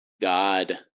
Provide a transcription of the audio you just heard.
God